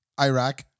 Iraq